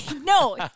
No